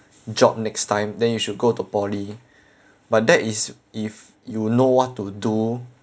job next time then you should go to poly but that is if you know what to do